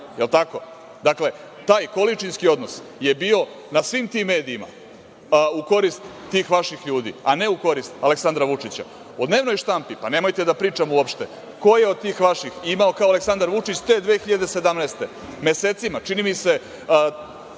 jel tako? Dakle, taj količinski odnos je bio na svim tim medijima u korist tih vaših ljudi, a ne u korist Aleksandra Vučića.O dnevnoj štampi, pa nemojte da pričamo uopšte. Ko je od tih vaših imao kao Aleksandar Vučić te 2017. godine, mesecima, čini mi se,